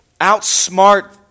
outsmart